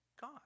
God